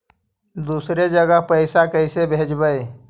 दुसरे जगह पैसा कैसे भेजबै?